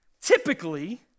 Typically